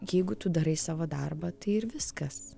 jeigu tu darai savo darbą tai ir viskas